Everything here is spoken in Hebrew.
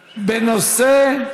בנושא: